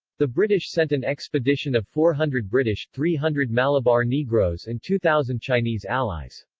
the british sent an expedition of four hundred british, three hundred malabar negroes and two thousand chinese allies.